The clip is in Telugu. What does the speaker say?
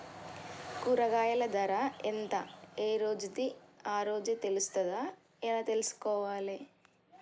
కూరగాయలు ధర ఎంత ఏ రోజుది ఆ రోజే తెలుస్తదా ఎలా తెలుసుకోవాలి?